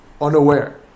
unaware